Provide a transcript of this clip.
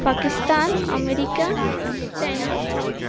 Pakistan America China